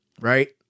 right